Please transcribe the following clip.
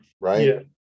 right